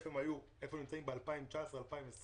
והיכן הן נמצאות ב-2019-2020